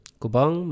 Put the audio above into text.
kubang